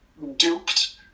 duped